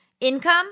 income